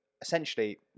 essentially